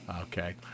Okay